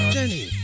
Jenny